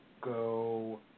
go